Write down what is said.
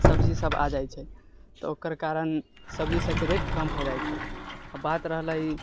सब्जी सभ आ जाइ छै तऽ ओकर कारण सब्जी सभके रेट कम हो जाइ छै अऽ बात रहलै